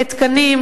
לתקנים,